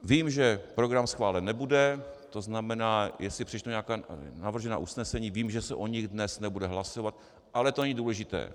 Vím, že program schválen nebude, to znamená, jestli přečtu nějaká navržená usnesení, vím, že se o nich dnes nebude hlasovat, ale to není důležité.